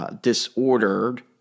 disordered